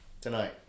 tonight